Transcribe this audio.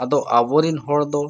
ᱟᱫᱚ ᱟᱵᱚᱨᱤᱱ ᱦᱚᱲ ᱫᱚ